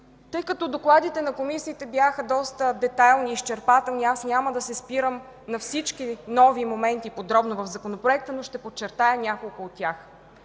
Тъй като докладите на комисиите бяха доста детайлни и изчерпателни, няма да се спирам подробно на всички нови моменти в Законопроекта, но ще подчертая няколко от тях.